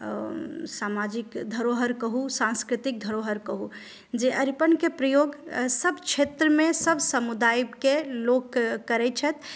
सामाजिक धरोहर कहु सांस्कृतिक धरोहरि कहु जे अरिपनके प्रयोग सभ क्षेत्रमे सभ समुदायके लोक करै छथि